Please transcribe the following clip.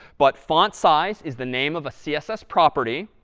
but font-size is the name of a css property,